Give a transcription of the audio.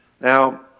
Now